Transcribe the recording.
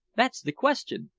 that's the question.